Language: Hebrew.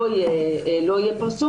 לא יהיה פרסום.